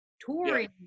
touring